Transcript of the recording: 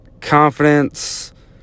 confidence